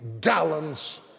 gallons